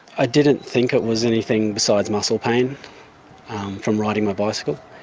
i didn't think it was anything besides muscle pain from riding my bicycle,